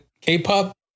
K-pop